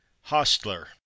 Hostler